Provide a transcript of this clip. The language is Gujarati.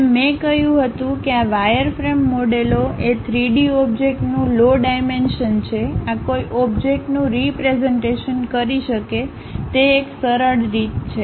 જેમ મેં કહ્યું હતું કે આ વાયરફ્રેમ મોડેલો એ 3D ઓબ્જેક્ટનું લો ડાઇમેનશન છે આ કોઈ ઓબ્જેક્ટનું રીપ્રેઝન્ટેશન કરી શકે તે એક સરળ રીત છે